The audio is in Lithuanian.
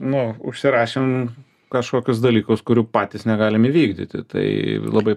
nu užsirašėm kažkokius dalykus kurių patys negalim įvykdyti tai labai